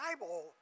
Bible